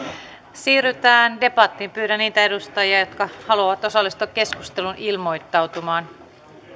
siirrytään debattiin pyydän niitä edustajia jotka haluavat osallistua keskusteluun ilmoittautumaan